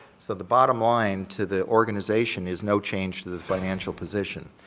so the bottom line to the organization is no change to the financial position.